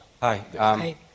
Hi